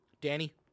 Danny